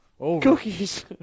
Cookies